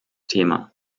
thema